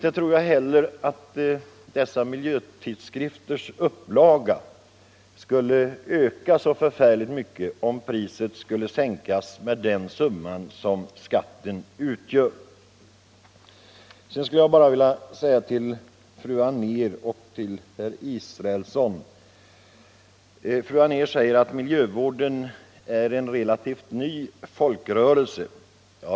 Jag tror inte heller att miljötidskrifternas upplaga skulle öka särskilt mycket om priset sänktes med den summa som skatten utgör. Fru Anér säger att miljövården är en relativt ny folkrörelse.